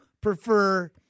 prefer